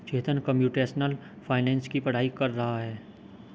चेतन computational finance की पढ़ाई कर रहा है